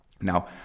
Now